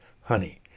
Honey